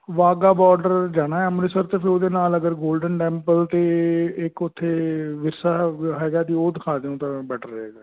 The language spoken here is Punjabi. ਵਾਗਾ ਬੋਡਰ ਜਾਣਾ ਹੈ ਅੰਮ੍ਰਿਤਸਰ ਅਤੇ ਫਿਰ ਉਹਦੇ ਨਾਲ ਅਗਰ ਗੋਲਡਨ ਟੈਂਪਲ ਅਤੇ ਇੱਕ ਉੱਥੇ ਵਿਰਸਾ ਹੈਗਾ ਅਤੇ ਉਹ ਦਿਖਾ ਦਿਓ ਤਾਂ ਬੈਟਰ ਰਹੇਗਾ